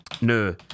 No